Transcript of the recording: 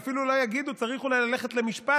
ואפילו לא יגידו: צריך אולי ללכת למשפט,